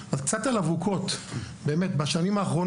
אבל זה כן סייע באיתור האבוקות בכניסה לשער,